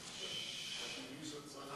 הגיש הצעה,